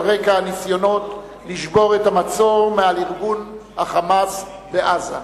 רקע הניסיונות לשבור את המצור מעל ארגון ה"חמאס" בעזה.